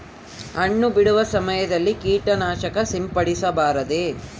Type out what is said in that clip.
ಹಣ್ಣು ಬಿಡುವ ಸಮಯದಲ್ಲಿ ಕೇಟನಾಶಕ ಸಿಂಪಡಿಸಬಾರದೆ?